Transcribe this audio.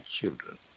Children